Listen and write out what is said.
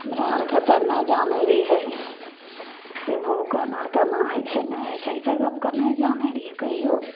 हमरा अरके तऽ नहि जानय रहियै से भूप कोना कोना होइ छै नहि होइ छै इसब गपके नहि जानय रहियै कहिओ